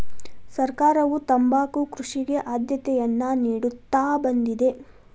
ಸರ್ಕಾರವು ತಂಬಾಕು ಕೃಷಿಗೆ ಆದ್ಯತೆಯನ್ನಾ ನಿಡುತ್ತಾ ಬಂದಿದೆ